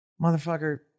motherfucker